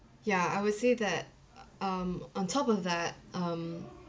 ya I would say that um on top of that um